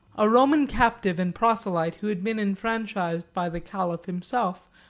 a roman captive and proselyte, who had been enfranchised by the caliph himself,